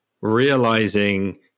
realizing